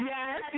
Yes